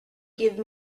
give